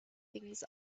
things